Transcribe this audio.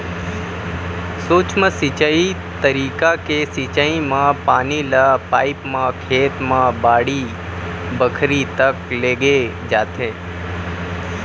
सूक्ष्म सिंचई तरीका के सिंचई म पानी ल पाइप म खेत म बाड़ी बखरी तक लेगे जाथे